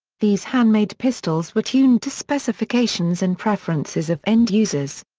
these hand-made pistols were tuned to specifications and preferences of end users.